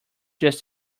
just